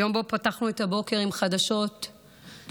יום שבו פתחנו את הבוקר עם חדשות קשות